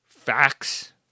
facts